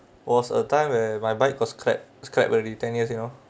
was a time where my bike got scrap scrap already ten years you know